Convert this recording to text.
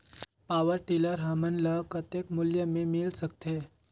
Power tiller हमन ल कतेक मूल्य मे मिल सकथे?